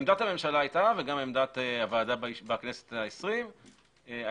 עמדת הממשלה היתה וגם עמדת הוועדה בכנסת ה-20 היתה